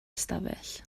ystafell